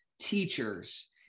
teachers